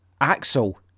Axel